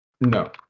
No